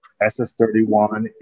SS31